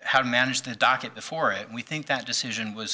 how to manage the docket before it we think that decision was